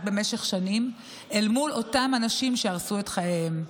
במשך שנים אל מול אותם אנשים שהרסו את חייהם,